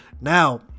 now